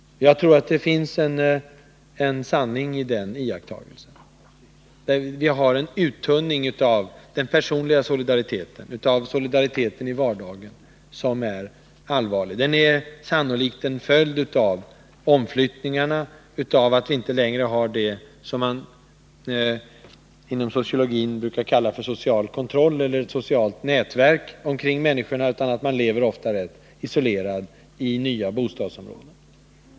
Jag tror att det finns en sanning i den iakttagelsen. Vi har en uttunning av den personliga solidariteten, av solidariteten i vardagen, som är allvarlig. Den är sannolikt en följd av omflyttningarna, av att vi inte längre har det som man inom sociologin kallar social kontroll eller ett socialt nätverk kring människorna, utan de lever ofta rätt isolerade i nya bostadsområden.